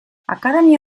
akademia